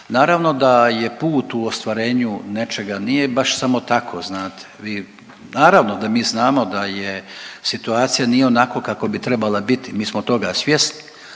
Naravno da je put u ostvarenju nečega nije baš samo tako znate, vi, naravno da mi znamo da je situacija nije onako kako bi trebala biti, mi smo toga svjesni,